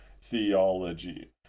theology